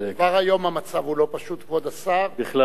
כבר היום המצב הוא לא פשוט, כבוד השר, בכלל לא.